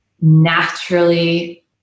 naturally